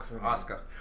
Oscar